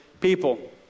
people